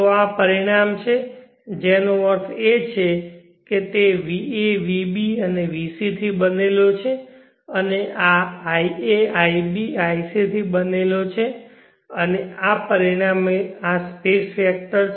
તો આ પરિણામ છે તેનો અર્થ છે કે તે va vb vc થી બનેલો છે અને આ ia ib ic થી બનેલો છે અને પરિણામે આ સ્પેસ વેક્ટર છે